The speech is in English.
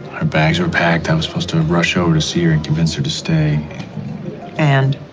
her bags are packed. i was forced to rush over to see her and convince her to stay and